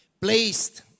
placed